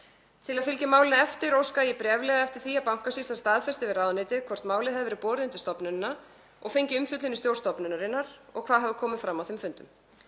Til að fylgja málinu eftir óskaði ég bréflega eftir því að Bankasýslan staðfesti við ráðuneytið hvort málið hefði verið borið undir stofnunina eða fengið umfjöllun í stjórn stofnunarinnar og hvað hafi komið fram á þeim fundum.